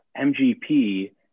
MGP